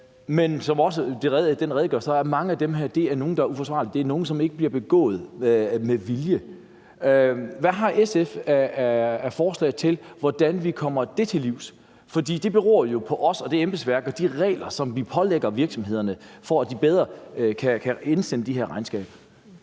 den redegørelse, der var, er mange af dem nogle, der er uforsætlige. Det er nogle, som ikke bliver begået med vilje. Hvad har SF af forslag til, hvordan vi kommer det til livs? For det beror jo på os og det embedsværk og de regler, som vi pålægger virksomhederne, for at de bedre kan indsende de her regnskaber.